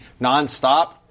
nonstop